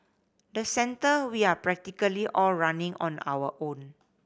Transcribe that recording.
the centre we are practically all running on our own